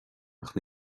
ach